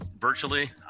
virtually